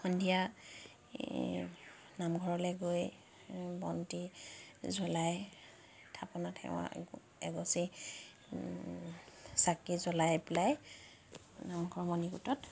সন্ধিয়া নামঘৰলে গৈ বন্তি জ্বলাই থাপনাত সেৱা এগছি চাকি জ্বলাই পেলাই নামঘৰৰ মণিকোটত